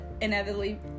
inevitably